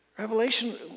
Revelation